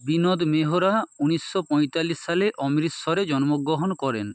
বিনোদ মেহরা ঊনিশশো পঁয়তাল্লিশ সালে অমৃতসরে জন্মগ্রহণ করেন